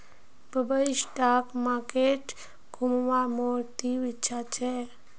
Bombay stock market घुमवार मोर तीव्र इच्छा छ